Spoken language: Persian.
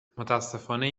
متاسفانه